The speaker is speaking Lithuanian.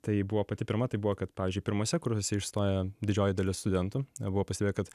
tai buvo pati pirma tai buvo kad pavyzdžiui pirmuose kursuose išstoja didžioji dalis studentų buvo pastebėję kad